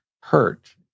hurt